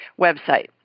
website